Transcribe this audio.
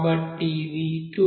కాబట్టి ఇది 2